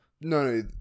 No